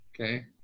okay